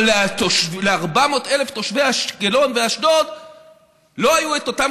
אבל ל-400,000 תושבי אשקלון ואשדוד לא היו את אותם